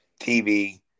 TV